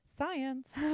science